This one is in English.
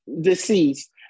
deceased